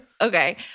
Okay